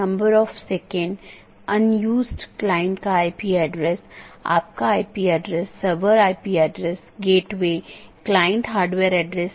यह केवल उन्हीं नेटवर्कों के विज्ञापन द्वारा पूरा किया जाता है जो उस AS में या तो टर्मिनेट होते हैं या उत्पन्न होता हो यह उस विशेष के भीतर ही सीमित है